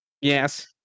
Yes